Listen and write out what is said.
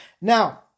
Now